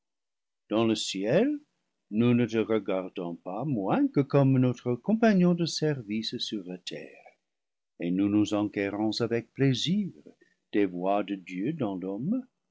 dans le ciel nous ne te regardons pas moins que comme notre compagnon de service sur la terre et nous nous enquérons avec plaisir des voies de dieu dans l'homme